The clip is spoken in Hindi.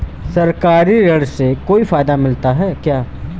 सरकारी ऋण से कोई फायदा मिलता है क्या?